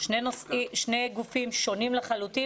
- שני גופים שונים לחלוטין.